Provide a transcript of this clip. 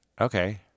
Okay